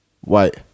white